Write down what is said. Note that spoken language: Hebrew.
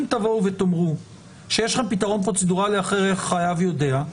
אם תבואו ותאמרו שיש לכם פתרון פרוצדורלי אחר והחייב יודע,